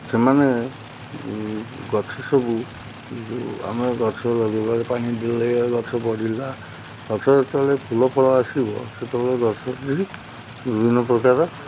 ସେମାନେ ଗଛ ସବୁ ଯେଉଁ ଆମେ ଗଛ ଲଗାଇବାରେ ପାଣି ଦେଲେ ଗଛ ବଢ଼ିଲା ଗଛ ଯେତେବେଳେ ଫୁଲ ଫଳ ଆସିବ ସେତେବେଳେ ଗଛଟି ବିଭିନ୍ନ ପ୍ରକାର